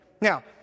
Now